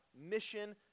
mission